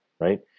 right